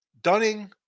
Dunning